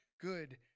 good